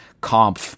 comp